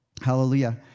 Hallelujah